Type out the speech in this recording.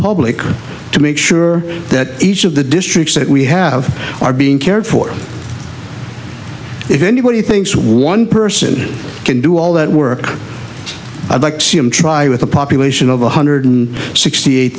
public to make sure that each of the districts that we have are being cared for if anybody thinks one person can do all that work i'd like to see him try with a population of one hundred sixty eight